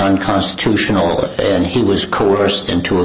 unconstitutional and he was coerced into a